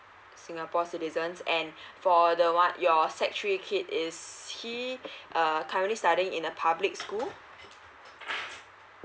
singapore citizens and for the um your sec three kid is he uh currently studying in a public school